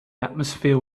atmosphere